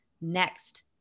next